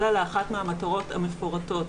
אלא לאחת מהמטרות המפורטות.